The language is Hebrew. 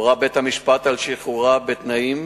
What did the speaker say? הורה בית-המשפט על שחרורה בתנאים,